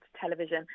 television